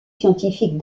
scientifiques